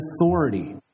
authority